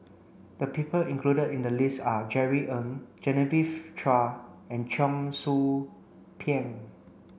the people included in the list are Jerry Ng Genevieve Chua and Cheong Soo Pieng